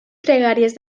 pregàries